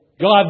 God